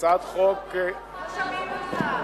הצעת חוק, לא שומעים אותך.